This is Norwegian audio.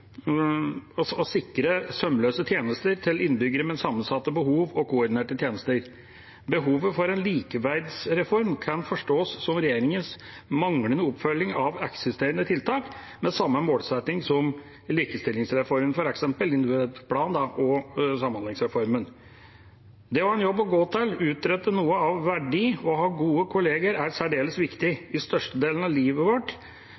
å sikre sømløse tjenester til innbyggere med sammensatte behov og koordinerte tjenester. Behovet for en likeverdsreform kan forstås som regjeringas manglende oppfølging av eksisterende tiltak, med samme målsetting som likestillingsreformen, f.eks. individuell plan og samhandlingsreformen. Det å ha en jobb å gå til, utrette noe av verdi og ha gode kolleger, er særdeles viktig. I størstedelen av livet vårt